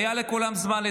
רק, לכבוד.